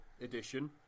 edition